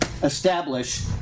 establish